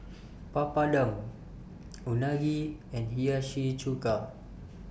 Papadum Unagi and Hiyashi Chuka